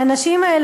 האנשים האלה,